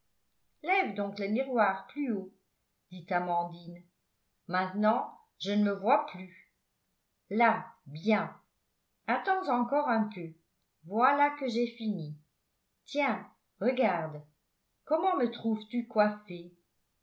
lève donc le miroir plus haut dit amandine maintenant je ne me vois plus là bien attends encore un peu voilà que j'ai fini tiens regarde comment me trouves-tu coiffée